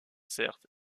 certes